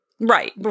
Right